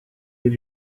did